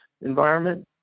environment